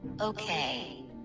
Okay